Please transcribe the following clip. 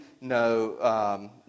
no